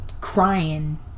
crying